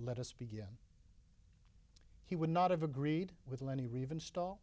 let us begin he would not have agreed with lenny reeve install